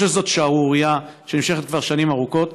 אני חושב שזאת שערורייה שנמשכת כבר שנים ארוכות.